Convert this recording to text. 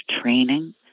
training